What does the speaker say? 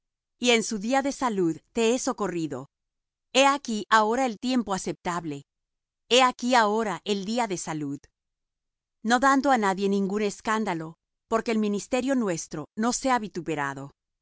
y en día de salud te he socorrido he aquí ahora el tiempo aceptable he aquí ahora el día de salud no dando á nadie ningún escándalo porque el ministerio nuestro no sea vituperado